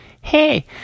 hey